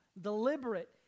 deliberate